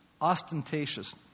ostentatious